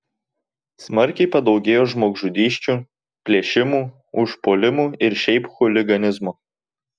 smarkiai padaugėjo žmogžudysčių plėšimų užpuolimų ir šiaip chuliganizmo